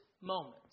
moment